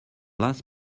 last